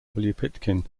pitkin